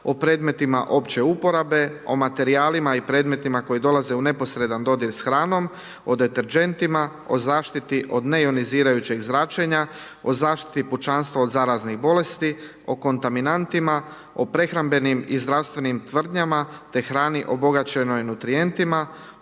o predmetima opće uporabe, o materijalima i predmetima koji dolaze u neposredan dodir s hranom, o deterđentima, o zaštiti od neionizirajućeg zračenja, o zaštiti pučanstva od zaraznih bolesti, o kontaminantima, o prehrambenim i zdravstvenim tvrdnjama te hrani obogaćenoj nutrijentima,